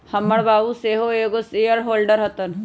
हमर बाबू सेहो एगो शेयर होल्डर हतन